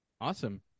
Awesome